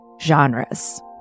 genres